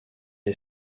est